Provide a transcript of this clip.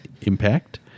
impact